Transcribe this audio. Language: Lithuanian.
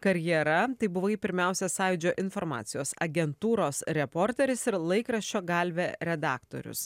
karjera tai buvai pirmiausia sąjūdžio informacijos agentūros reporteris ir laikraščio galvė redaktorius